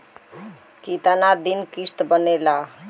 कितना दिन किस्त बनेला?